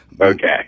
okay